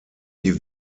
die